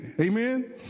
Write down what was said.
Amen